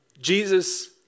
Jesus